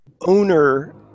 owner